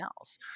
else